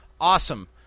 awesome